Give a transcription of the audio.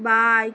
bike